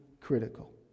critical